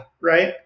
right